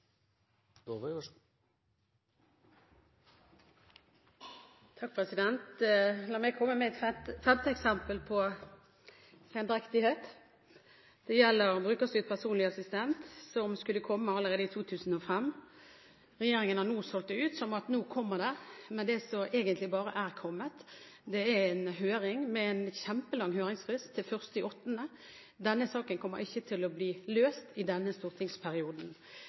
La meg komme med et femte eksempel på sendrektighet. Det gjelder brukerstyrt personlig assistent som skulle ha kommet allerede i 2005. Regjeringen har nå solgt det ut som om det kommer nå. Men det som egentlig bare er kommet, er en høring med en kjempelang høringsfrist, til 1. august. Denne saken kommer ikke til å bli løst i denne stortingsperioden.